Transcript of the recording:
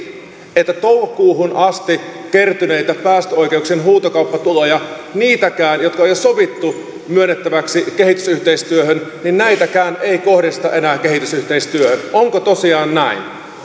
että toukokuuhun asti kertyneitä päästöoikeuksien huutokauppatuloja niitäkään jotka on jo sovittu myönnettäviksi kehitysyhteistyöhön ei kohdisteta enää kehitysyhteistyöhön onko tosiaan näin